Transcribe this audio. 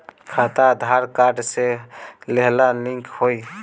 खाता आधार कार्ड से लेहम लिंक होई?